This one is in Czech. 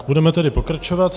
Budeme tedy pokračovat.